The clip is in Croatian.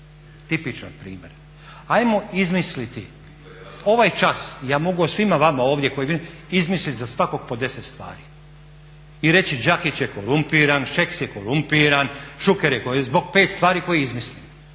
Tipičan promjer. Ajmo razmisliti, ovaj čas ja mogu o svim vama ovdje koje vidim izmisliti za svakog po 10 stvari. I reći Đakić je korumpiran, Šeks je korumpiran, Šuker je, zbog pet stvari koje izmislim.